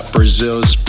Brazil's